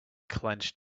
clenched